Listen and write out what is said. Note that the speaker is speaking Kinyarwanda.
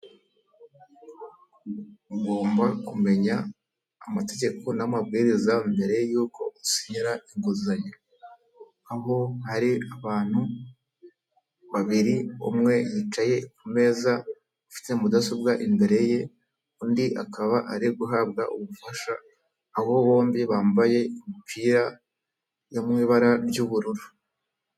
Ugomba kumenya amategeko n'amabwiriza mbere y'uko usinyira inguzanyo, aho hari abantu babiri umwe yicaye ku meza ufite mudasobwa imbere ye, undi akaba ari guhabwa ubufasha aho bombi bambaye imipira yo mu ibara ry'ubururu.